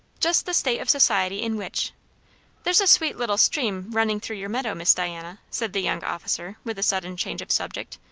just the state of society in which there's a sweet little stream running through your meadow, miss diana, said the young officer with a sudden change of subject.